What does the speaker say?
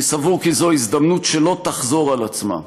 אני סבור כי זוהי הזדמנות שלא תחזור על עצמה.